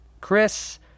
Chris